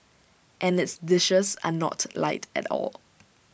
and its dishes are not light at all